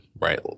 right